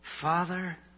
Father